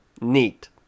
Neat